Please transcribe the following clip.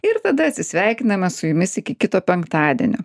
ir tada atsisveikiname su jumis iki kito penktadienio